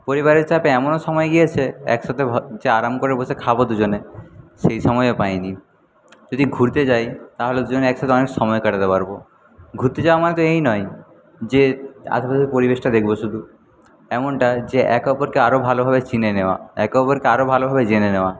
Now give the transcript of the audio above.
পরিবারের চাপে এমনও সময় গিয়েছে একসাথে যে আরাম করে বসে খাব দুজনে সেই সময়ও পাইনি যদি ঘুরতে যাই তাহলে দুজনে একসাথে অনেক সময় কাটাতে পারব ঘুরতে যাওয়া মানে তো এই নয় যে আশপাশের পরিবেশটা দেখব শুধু এমন টাইম যে একে অপরকে আরও ভালোভাবে চিনে নেওয়া একে অপরকে আরও ভালোভাবে জেনে নেওয়া